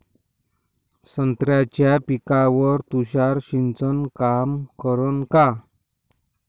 संत्र्याच्या पिकावर तुषार सिंचन काम करन का?